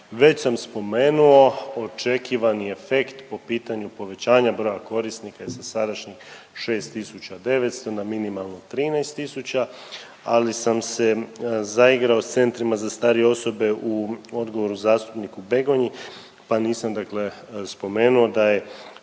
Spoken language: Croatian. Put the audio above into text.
Već sam spomenuo očekivani efekt po pitanju povećanja broja korisnika i sa sadašnjih 6 tisuća 900 na minimalno 13 tisuća, ali sam se zaigrao s centrima za starije osobe u odgovoru zastupniku Begonji pa nisam dakle spomenuo da je